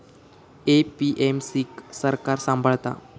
APMC क सरकार सांभाळता